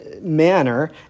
manner